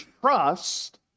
trust